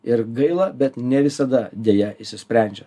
ir gaila bet ne visada deja išsisprendžia